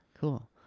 cool